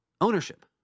ownership